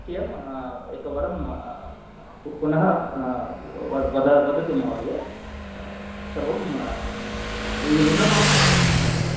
किम् एकवारं पुनः वद वदतु महोदय सर्वं ऋणम् आवश्यकं वा